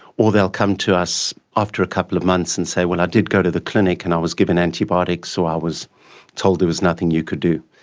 or they'll come to us after a couple of months and say, well, i did go to the clinic and i was given antibiotics' or so i was told there was nothing you could do.